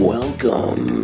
Welcome